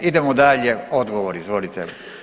Idemo dalje, odgovor izvolite.